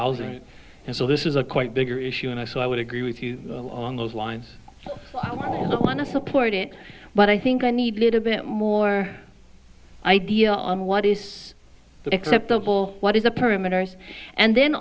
housing and so this is a quite bigger issue and i so i would agree with you along those lines want to support it but i think i need a little bit more idea on what is the acceptable what is a perimeter and then